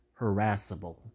harassable